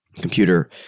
computer